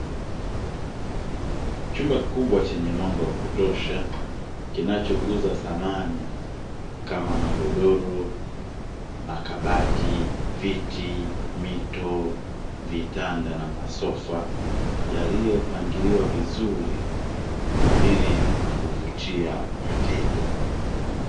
Chumba kikubwa chenye mwanga wa kutosha kinachouza samani kama magodoro, makabati, viti, mito, vitanda na masofa yaliyopangiliwa vizuri ili kuvutia wateja.